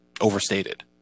overstated